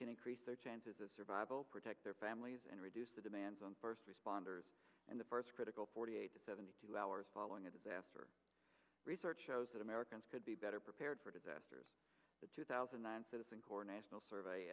can increase their chances of survival protect their families and reduce the demands on first responders and the first critical forty eight to seventy two hours following a disaster research shows that americans could be better prepared for disasters two thousand and nine citizen corps national survey